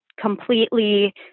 completely